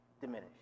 Diminish